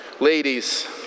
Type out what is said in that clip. Ladies